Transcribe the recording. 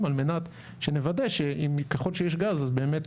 על מנת שנוודא שככל שיש גז אז באמת